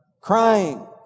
Crying